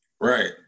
right